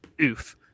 Oof